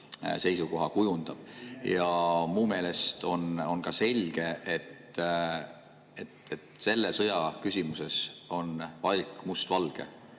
seisukoha kujundab. Mu meelest on selge, et selle sõja küsimuses on valik mustvalge: